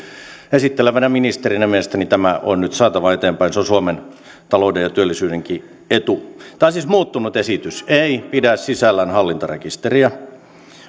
esittelevänä ministerinä mielestäni tämä on nyt saatava eteenpäin se on suomen talouden ja työllisyydenkin etu tämä on siis muuttunut esitys ei pidä sisällään hallintarekisteriä